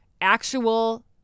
actual